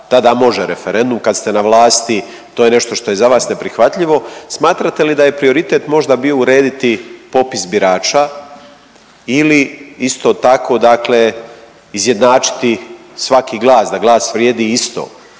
tada može referendum kad ste na vlasti to je nešto što je za vas neprihvatljivo. Smatrate da je prioritet možda bio urediti popis birača ili isto tako dakle izjednačiti dakle svaki glas, da glas vrijedi isto.